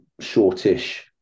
shortish